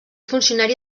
funcionari